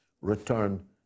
Return